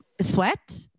Sweat